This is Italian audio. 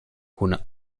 con